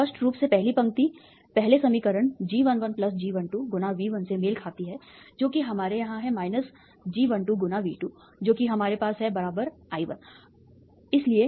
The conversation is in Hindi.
स्पष्ट रूप से पहली पंक्ति पहले समीकरण G11 G12 × V1 से मेल खाती है जो कि हमारे यहां है G12 × V2 जो कि हमारे पास है I1 जो कि हमारे पास है